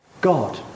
God